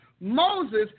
Moses